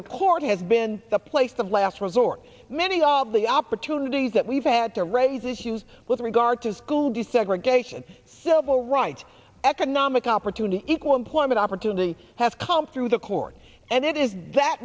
the court has been the place of last resort many all the opportunities that we've had to raise issues with regard to school desegregation civil rights economic opportunity equal employment opportunity has come through the courts and it is that